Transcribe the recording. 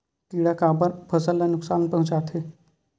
किड़ा काबर फसल ल नुकसान पहुचाथे?